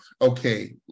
okay